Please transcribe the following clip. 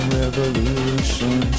revolution